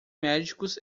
médicos